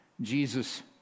Jesus